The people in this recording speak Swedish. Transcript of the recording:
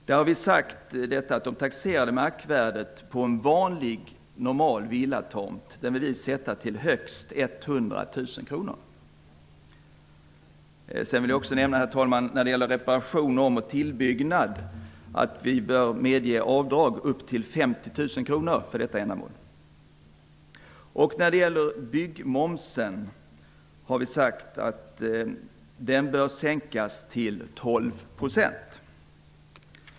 Vi har sagt att det taxerade värdet på en vanlig normal villatomt vill vi sätta till högst 100 000 kr. Sedan vill jag nämna att avdrag för reparationer, om och tillbyggnad bör medges upp till 50 000 kr., och byggmomsen bör, har vi sagt, sänkas till 12 %.